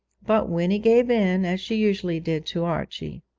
but winnie gave in, as she usually did, to archie.